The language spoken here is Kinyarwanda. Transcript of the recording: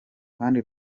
kandi